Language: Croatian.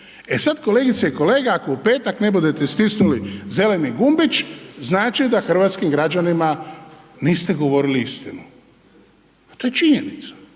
E sada kolegice i kolege, ako u petak ne budete stisnuli zeleni gumbić znači da hrvatskim građanima niste govorili istinu, to je činjenica